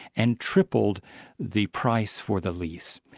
and tripled the price for the lease,